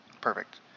Perfect